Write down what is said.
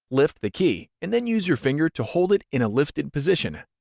lift the key, and then use your finger to hold it in a lifted position.